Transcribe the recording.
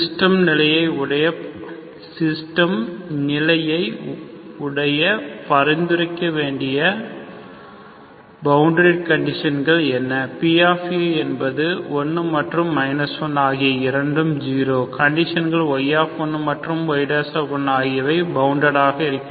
system நிலையை உடைய பரிந்துரைக்க வேண்டிய பவுண்டரி கண்டிஷன்கள் என்ன P என்பது 1 மற்றும் 1 ஆகிய இரண்டும் 0 கண்டிஷன்கள் y மற்றும் yஆகவும் பவுன்டட் ஆக இருக்கும்